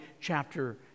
chapter